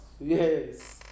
yes